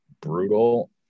brutal